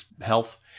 health